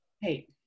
Hey